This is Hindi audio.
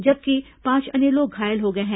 जबकि पांच अन्य लोग घायल हो गए हैं